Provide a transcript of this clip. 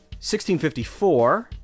1654